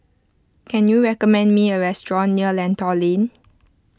can you recommend me a restaurant near Lentor Lane